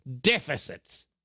deficits